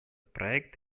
проект